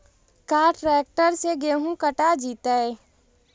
का ट्रैक्टर से गेहूं कटा जितै?